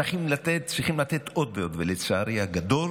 צריכים לתת עוד, ולצערי הגדול